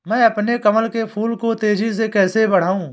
मैं अपने कमल के फूल को तेजी से कैसे बढाऊं?